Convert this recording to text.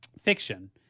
fiction